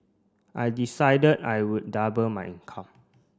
I decided I would double my income